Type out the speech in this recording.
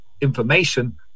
information